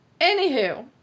Anywho